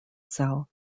cell